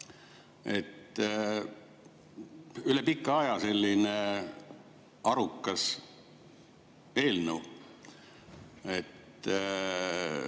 Üle pika aja selline arukas eelnõu.